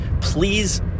Please